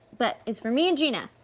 but it's for me and gina.